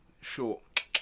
short